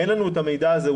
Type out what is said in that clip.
אין לנו את המידע הזה,